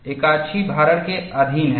यह एकाक्षीय भारण के अधीन है